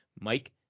Mike